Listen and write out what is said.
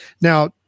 Now